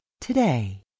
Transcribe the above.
today